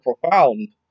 profound